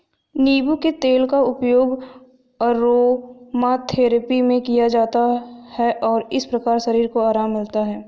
नींबू के तेल का उपयोग अरोमाथेरेपी में किया जाता है और इस प्रकार शरीर को आराम मिलता है